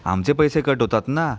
आमचे पैसे कट होतात ना